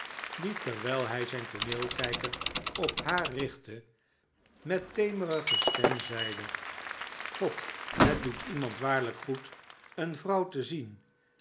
die terwijl hij zijn tooneelkijker op haar richtte met temerige stem zeide god het doet iemand waarlijk goed een vrouw te zien